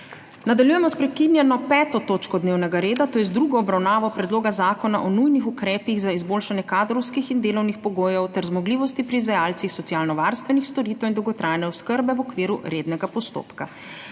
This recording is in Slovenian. Nadaljujemo **prekinjeno 5. točko dnevnega reda, to je z drugo obravnavo Predloga zakona o nujnih ukrepih za izboljšanje kadrovskih in delovnih pogojev ter zmogljivosti pri izvajalcih socialnovarstvenih storitev in dolgotrajne oskrbe v okviru rednega postopka.**